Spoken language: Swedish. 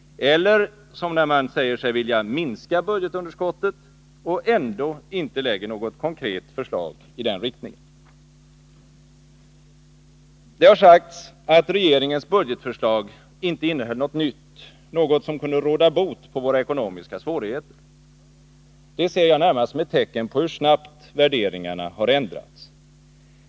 Eller som när man säger sig vilja minska budgetunderskottet och ändå inte lägger något konkret förslag i den riktningen. Det har sagts att regeringens budgetförslag inte innehöll något nytt, något som kunde råda bot på våra ekonomiska svårigheter. Detta ser jag närmast som ett tecken på hur snabbt värderingarna har ändrats.